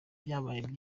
byabaye